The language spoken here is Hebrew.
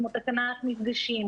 כמו "תקנת מפגשים",